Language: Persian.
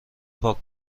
پاک